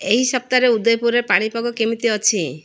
ଏଇ ସପ୍ତାହରେ ଉଦୟପୁରରେ ପାଣିପାଗ କେମିତି ଅଛି